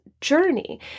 journey